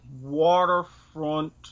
waterfront